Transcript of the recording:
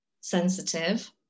Sensitive